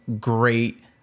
great